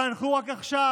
חנכו רק עכשיו,